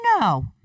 No